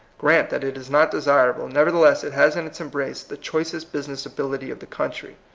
grant that it is not desirable, nevertheless it has in its embi ace the choicest business ability of the country.